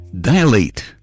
dilate